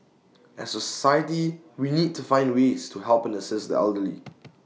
as A society we need to find ways to help and assist the elderly